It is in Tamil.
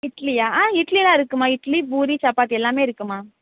இட்லியா ஆ இட்லியெலாம் இருக்குதும்மா இட்லி பூரி சப்பாத்தி எல்லாமே இருக்குதும்மா